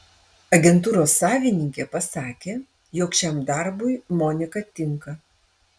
agentūros savininkė pasakė jog šiam darbui monika tinka